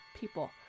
people